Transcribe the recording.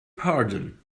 pardon